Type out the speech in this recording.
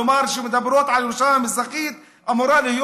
כלומר שמדברות על כך שירושלים המזרחית אמורה להיות